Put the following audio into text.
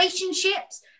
relationships